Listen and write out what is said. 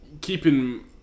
keeping